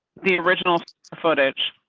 the original so footage,